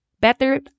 better